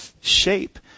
shape